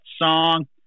song